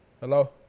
Hello